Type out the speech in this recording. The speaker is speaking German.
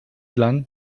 lang